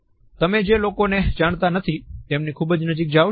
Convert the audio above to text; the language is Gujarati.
તમે જે લોકો ને જાણતા નથી તેમની ખુબ નજીક જાવ છો